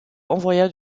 envoya